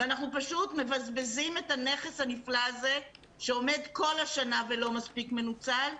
ואנחנו פשוט מבזבזים את הנכס הנפלא הזה שעומד כל השנה ולא מספיק מנוצל,